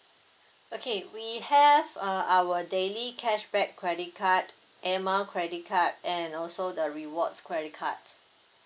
okay we have uh our daily cashback credit card Air Miles credit card and also the rewards credit card